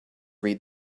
read